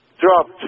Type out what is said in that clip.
dropped